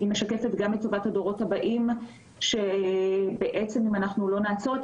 היא משקפת את טובת הדורות הבאים כשבעצם אם לא נעצור את